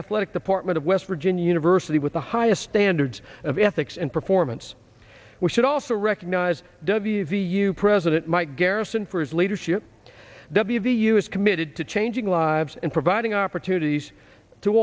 athletic department of west virginia university with the highest standards of ethics and performance we should also recognize w v u president mike garrison for his leadership w v u is committed to changing lives and providing opportunities to